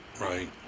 right